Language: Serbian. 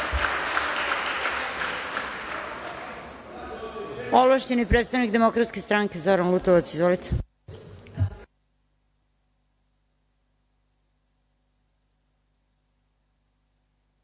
Ovlašćeni predstavnik Demokratske stranke, Zoran Lutovac. Izvolite.